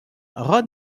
ron